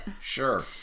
Sure